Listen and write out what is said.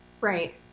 Right